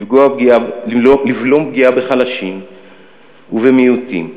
לבלום פגיעה בחלשים ובמיעוטים.